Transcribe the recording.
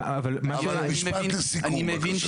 משפט לסיכום בבקשה.